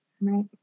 right